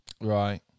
Right